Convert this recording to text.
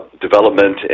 development